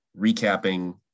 recapping